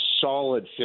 solid